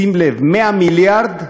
שים לב, 100 מיליארד שקל,